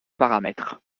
paramètres